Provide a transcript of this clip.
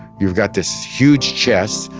you've got this huge chest,